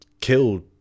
killed